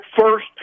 first